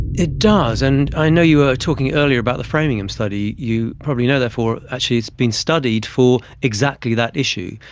it does, and i know you were talking earlier about the framingham study. you probably know therefore actually it's been studied for exactly that issue.